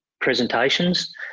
presentations